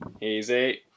easy